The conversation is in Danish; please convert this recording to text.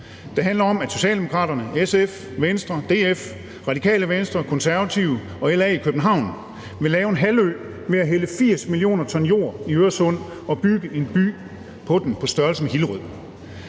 Det handler om, at Socialdemokraterne, SF, Venstre, DF, Radikale Venstre, Konservative og LA i København vil lave en halvø ved at hælde 80 mio. t jord i Øresund og bygge en by på den på størrelse med Hillerød.